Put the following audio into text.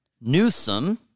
Newsom